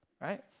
right